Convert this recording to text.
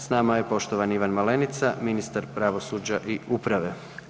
S nama je poštovani Ivan Malenica, ministar pravosuđa i uprave.